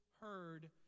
heard